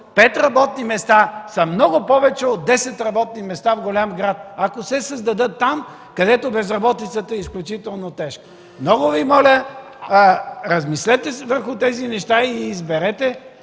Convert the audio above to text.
пет работни места са много повече от десет работни места в голям град, ако се създадат там, където безработицата е изключително тежка! Много Ви моля, размислете върху тези неща и изберете,